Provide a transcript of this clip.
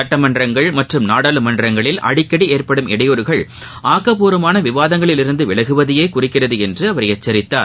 சட்டமன்றங்கள் மற்றும் நாடாளுமன்றங்களில் அடிக்கடி ஏற்படும் இடையூறுகள் ஆக்கப்பூர்வமான விவாதங்களில் இருந்து விலகுவதையே குறிக்கிறது என்று அவர் எச்சரித்தார்